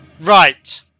Right